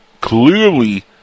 clearly